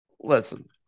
Listen